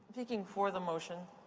speaking for the motion.